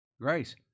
Grace